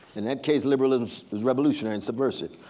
in that case liberalism is revolutionary and subversive.